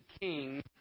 king